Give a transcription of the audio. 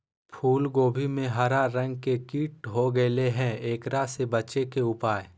फूल कोबी में हरा रंग के कीट हो गेलै हैं, एकरा से बचे के उपाय?